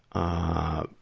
ah,